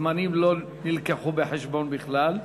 זמנים לא הובאו בחשבון בכלל.